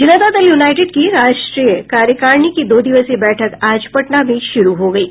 जनता Dal United की राष्ट्रीय कार्यकारिणी की दो दिवसीय बैठक आज पटना में शुरू हो गयी